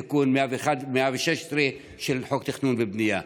תיקון 116 של חוק התכנון והבנייה.